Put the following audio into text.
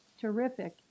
terrific